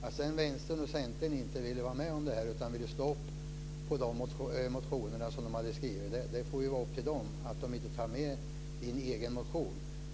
Att sedan Vänstern och Centern inte ville vara med om det här utan ville stå upp för de motioner som de hade skrivit får vara upp till dem. De tar inte med Lennart Fridéns motion.